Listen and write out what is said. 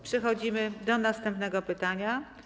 Przechodzimy do następnego pytania.